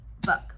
book